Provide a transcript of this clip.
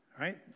right